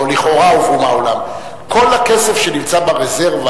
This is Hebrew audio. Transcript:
או לכאורה הועברו מהעולם: כל הכסף שנמצא ברזרבה,